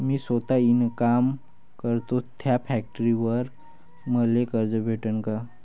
मी सौता इनकाम करतो थ्या फॅक्टरीवर मले कर्ज भेटन का?